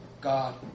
God